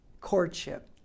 courtship